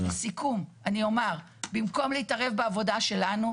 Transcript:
לסיכום אני אומר, במקום להתערב בעבודה שלנו,